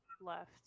left